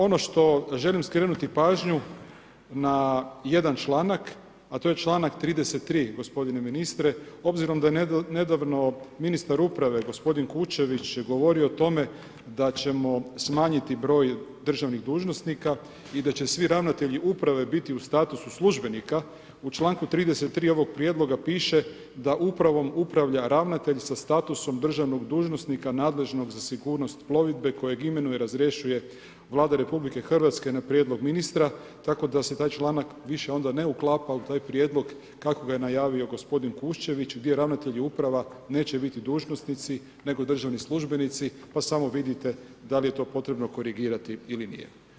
Ono što želim skrenuti pažnju na jedan članak, a to je članak 33. gospodine ministre, obzirom da nedavno ministar uprave gospodin Kuščević je govorio o tome da ćemo smanjiti broj državnih dužnosnika i da će svi ravnatelji uprave biti u statusu službenika, u članku 33. evo prijedloga piše da upravom upravlja ravnatelj sa statusom državnog dužnosnika nadležnog za sigurnost plovidbe kojeg imenuje i razrješuje Vlada RH na prijedlog ministra, tako da se taj članak više onda ne uklapa u taj prijedlog kako ga najavljuje gospodin Kuščević gdje ravnatelji uprava neće biti dužnosnici nego državni službenici, pa samo vidite da li je to potrebno korigirati ili nije.